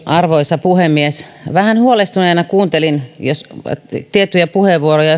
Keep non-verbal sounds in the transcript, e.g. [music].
arvoisa puhemies vähän huolestuneena kuuntelin tiettyjä puheenvuoroja [unintelligible]